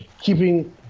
keeping